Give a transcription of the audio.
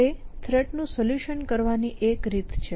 તે થ્રેટ નું સોલ્યુશન કરવાની એક રીત છે